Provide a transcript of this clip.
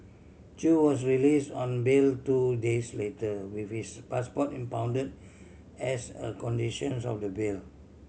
Chew was release on bail two days later with his passport impound as a condition sense of the bail